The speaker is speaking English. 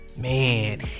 Man